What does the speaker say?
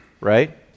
right